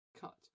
cut